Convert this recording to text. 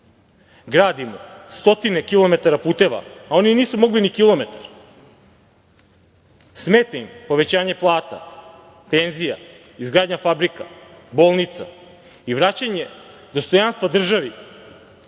gradimo stotine kilometara puteva, a oni nisu mogli ni kilometar. Smeta im povećanje plata, penzija, izgradnja fabrika, bolnica i vraćanje dostojanstva državi,